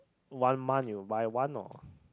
one month you buy one or